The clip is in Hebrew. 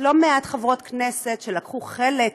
יש לא מעט חברות כנסת שלקחו חלק